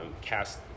cast